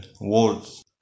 words